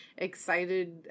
excited